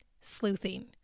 sleuthing